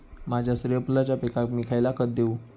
माझ्या सूर्यफुलाच्या पिकाक मी खयला खत देवू?